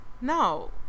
No